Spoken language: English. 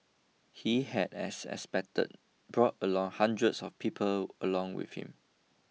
he had as expected brought along hundreds of people along with him